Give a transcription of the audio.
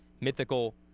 mythical